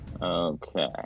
Okay